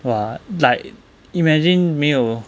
!wah! like imagine 没有